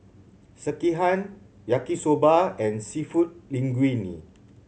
Sekihan Yaki Soba and Seafood Linguine